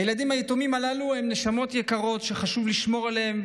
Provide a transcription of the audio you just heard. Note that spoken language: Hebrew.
הילדים היתומים הללו הם נשמות יקרות שחשוב לשמור עליהן,